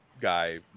guy